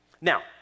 Now